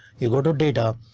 you go to data,